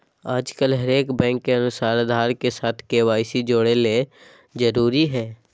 आजकल हरेक बैंक के अनुसार आधार के साथ के.वाई.सी जोड़े ल जरूरी हय